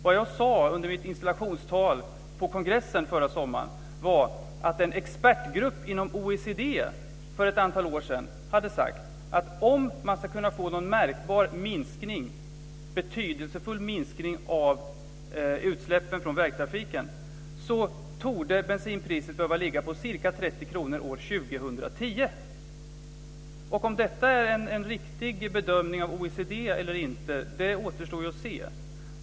Vad jag sade under mitt installationstal på kongressen förra sommaren var att en expertgrupp inom OECD för ett antal år sedan hade sagt att om man ska få någon märkbar och betydelsefull minskning av utsläppen från vägtrafiken så torde bensinpriset behöva ligga på ca 30 kr per liter år 2010. Och om detta är en riktig bedömning av OECD eller inte återstår att se.